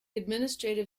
administrative